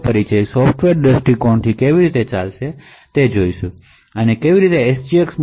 આગળની વિડિઓમાં સોફ્ટવેર દ્રષ્ટિકોણથી તે કેવી રીતે ચાલશે તે જોશે અને એપ્લિકેશન કેવી રીતે લખાય છે તે જોશું